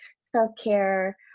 self-care